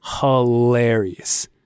hilarious